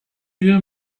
wir